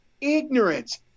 Ignorance